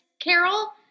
Carol